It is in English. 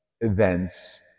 events